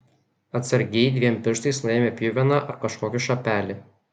atsargiai dviem pirštais nuėmė pjuveną ar kažkokį šapelį